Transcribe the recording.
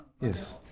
Yes